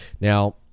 Now